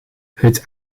het